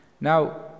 now